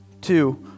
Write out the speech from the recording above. two